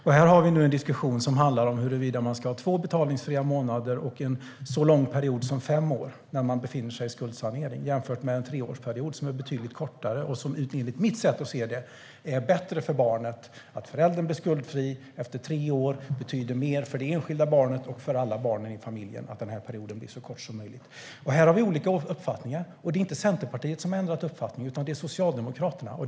Nu har vi en diskussion som handlar om huruvida man ska ha två betalningsfria månader och en så lång period som fem år när man befinner sig i skuldsanering eller en betydligt kortare period om tre år. Enligt mitt sätt att se det är det bättre för barnet att en förälder blir skuldfri efter tre år. Det betyder mer för det enskilda barnet och för alla barn i familjen att denna period blir så kort som möjligt. Vi har olika uppfattning här, och det är inte Centerpartiet som har ändrat uppfattning utan Socialdemokraterna.